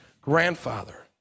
grandfather